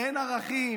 אין ערכים.